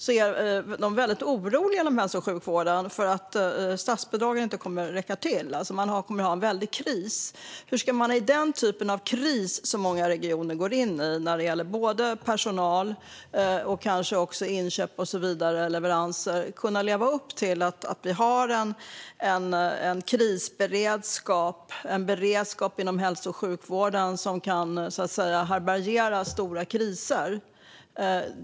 Men inom hälso och sjukvården är man väldigt orolig för att statsbidragen inte kommer att räcka till. Man kommer att ha en väldig kris. Hur ska man i den typ av kris som många regioner nu går in i - det gäller personal och kanske inköp och leveranser också - kunna leva upp till målet att ha en krisberedskap inom hälso och sjukvården som kan härbärgera stora kriser?